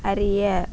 அறிய